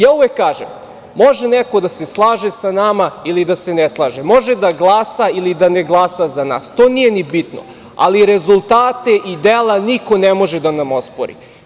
Ja uvek kažem, može neko da se slaže sa nama ili da se ne slaže, može da glasa ili da ne glasa za nas, to nije ni bitno, ali rezultate i dela niko ne može da nam ospori.